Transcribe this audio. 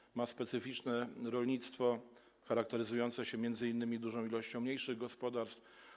Polska ma specyficzne rolnictwo charakteryzujące się m.in. dużą ilością mniejszych gospodarstw.